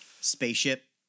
spaceship